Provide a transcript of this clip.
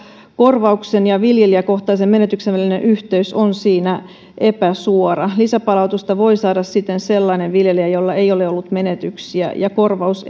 korvauksen ja viljelijäkohtaisen menetyksen välinen yhteys on siinä epäsuora lisäpalautusta voi saada siten sellainenkin viljelijä jolla ei ole ollut menetyksiä korvaus